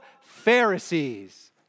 Pharisees